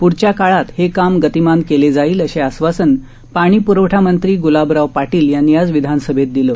पुढच्या काळात हे काम गतीमान केले जाईल असे आश्वासन पाणीप्रवठामंत्री ग्लाबराव पाटील यांनी आज विधानसभेत दिलं